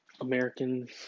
Americans